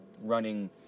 running